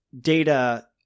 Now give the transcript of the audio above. data